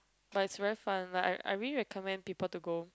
but is really fun I I really recommended people to go